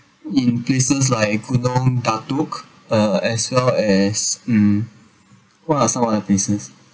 in places like gunung datuk uh as well as um what are some of the places